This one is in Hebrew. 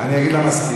אני אגיד למזכירה.